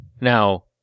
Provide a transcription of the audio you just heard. Now